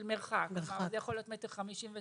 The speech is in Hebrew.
מרחק, זה יכול להיות 1.56 מטרים,